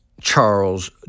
Charles